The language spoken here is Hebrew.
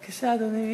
בבקשה, אדוני.